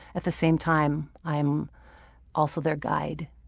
at the same time i'm also their guide.